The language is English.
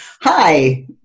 hi